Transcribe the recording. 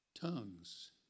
tongues